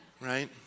right